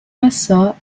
passò